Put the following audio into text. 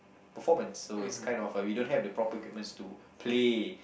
performance so it's kind of we don't have the proper equipments to play